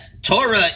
Torah